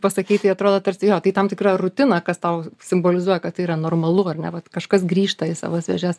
pasakei tai atrodo tarsi jo tai tam tikra rutina kas tau simbolizuoja kad tai yra normalu ar ne vat kažkas grįžta į savas vėžes